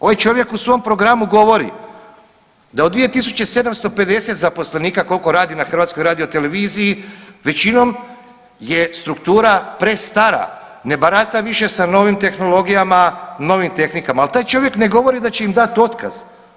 Ovaj čovjek u svom Programu govori, da od 2750 zaposlenika, koliko radi na HRT-u većinom je struktura prestara, ne barata više sa novim tehnologijama, novim tehnikama, ali taj čovjek ne govori da će im dati otkaz.